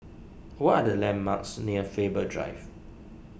what are the landmarks near Faber Drive